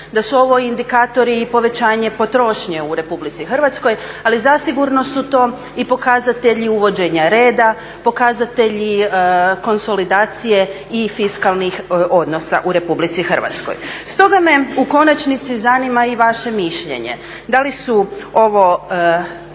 da su ovo indikatori i povećanja potrošnje u RH, ali zasigurno su to i pokazatelji uvođenja reda, pokazatelji konsolidacije i fiskalnih odnosa u RH. Stoga me u konačnici zanima i vaše mišljenje, da li su ovo